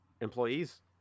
employees